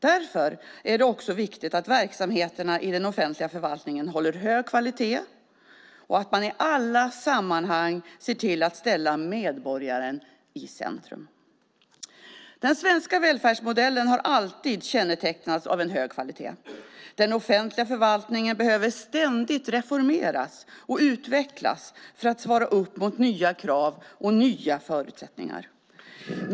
Därför är det också viktigt att verksamheterna i den offentliga förvaltningen håller hög kvalitet och att man i alla sammanhang ser till att ställa medborgaren i centrum. Den svenska välfärdsmodellen har alltid kännetecknats av en hög kvalitet. Den offentliga förvaltningen behöver ständigt reformeras och utvecklas för att svara upp mot nya krav och nya förutsättningar.